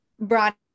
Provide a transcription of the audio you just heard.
brought